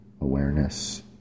awareness